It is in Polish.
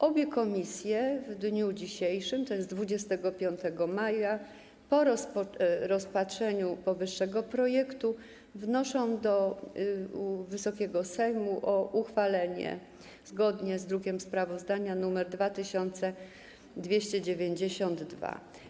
Obie komisje w dniu dzisiejszym, tj. 25 maja, po rozpatrzeniu powyższego projektu wnoszą do Wysokiego Sejmu o uchwalenie zgodnie z drukiem sprawozdania nr 2292.